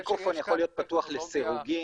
המיקרופון יכול להיות פתוח לסירוגין.